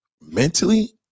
mentally